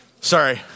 sorry